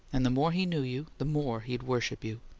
and the more he knew you, the more he'd worship you.